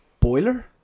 Boiler